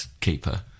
keeper